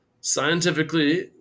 scientifically